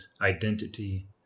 identity